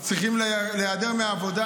אז צריכים להיעדר מהעבודה.